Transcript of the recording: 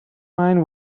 mind